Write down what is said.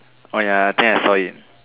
oh ya I think I saw him